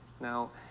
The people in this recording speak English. Now